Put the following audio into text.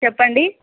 చెప్పండి